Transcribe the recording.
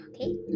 Okay